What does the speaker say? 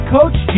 Coach